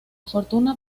fortuna